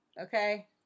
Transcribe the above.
okay